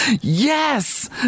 yes